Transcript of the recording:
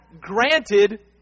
granted